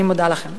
אני מודה לכם.